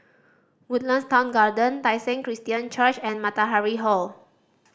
Woodlands Town Garden Tai Seng Christian Church and Matahari Hall